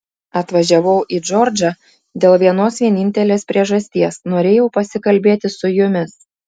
atvažiavau į džordžą dėl vienos vienintelės priežasties norėjau pasikalbėti su jumis